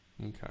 Okay